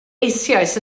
eisoes